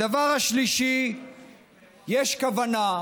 3. יש כוונה,